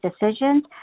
decisions